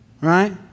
right